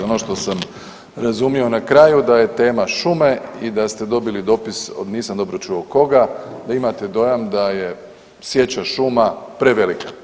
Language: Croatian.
Ono što sam razumio na kraju da je tema šume i da ste dobili dopis od, nisam dobro čuo od koga, da imate dojam da je sječa šuma prevelika.